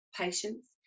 patients